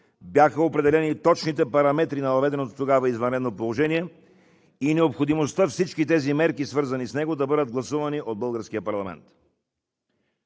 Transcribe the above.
бяха определени точните параметри на въведеното извънредно положение и необходимостта всички тези мерки, свързани с него, да бъдат гласувани от българския парламент.